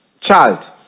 child